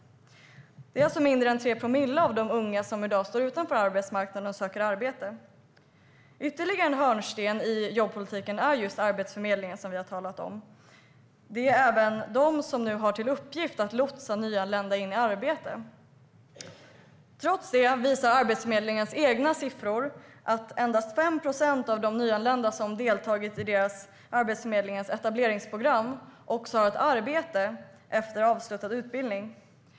Det är alltså mindre än 3 promille av de unga som i dag står utanför arbetsmarknaden och söker arbete. Ytterligare en hörnsten i jobbpolitiken är Arbetsförmedlingen, som vi har talat om. Det är Arbetsförmedlingen som nu har till uppgift att lotsa nyanlända in i arbete. Trots det visar Arbetsförmedlingens egna siffror att endast 5 procent av de nyanlända som har deltagit i Arbetsförmedlingens etableringsprogram har ett arbete efter avslutad utbildning.